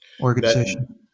organization